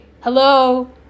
Hello